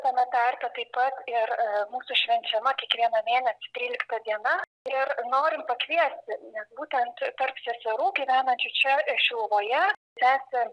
tame tarpe taip pat ir e mūsų švenčiama kiekvieną mėnesį trylikta diena ir norim pakviesti nes būtent tarp seserų gyvenančių čia e šiluvoje sesė